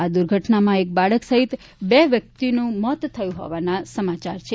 આ દુર્ઘટનામાં એક બાળક સહિત બે વ્યક્તિનું મોત થયું હોવાના સમાચાર છે